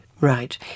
Right